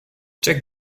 check